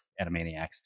Animaniacs